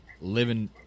living